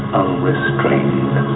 unrestrained